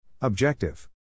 Objective